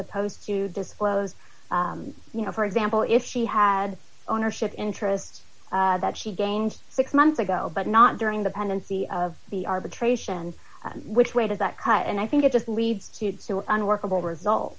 supposed to this flows you know for example if she had ownership interests that she gained six months ago but not during the pendency of the arbitration which way does that cut and i think it just leads to unworkable result